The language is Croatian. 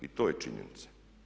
I to je činjenica.